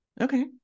okay